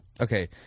Okay